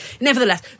nevertheless